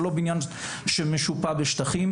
זה לא בניין שמשופע בשטחים.